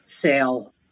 sale